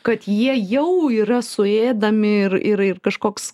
kad jie jau yra suėdami ir ir kažkoks